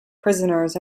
prisoners